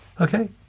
Okay